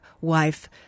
wife